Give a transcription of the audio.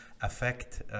affect